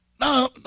No